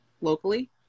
locally